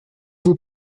vous